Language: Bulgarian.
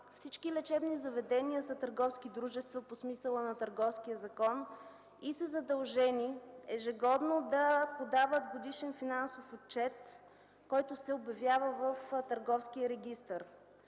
всички лечебни заведения са търговски дружества по смисъла на Търговския закон и са задължени ежегодно да подават годишен финансов отчет, който се обявява в Търговския регистър.